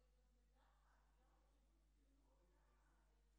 דברי הכנסת כז / מושב ראשון / ישיבה ע"ג /